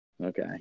Okay